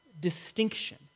distinction